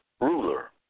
ruler